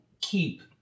keep